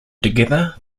together